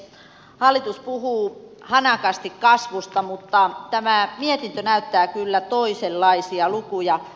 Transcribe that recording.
hallitus puhuu hanakasti kasvusta mutta tämä mietintö näyttää kyllä toisenlaisia lukuja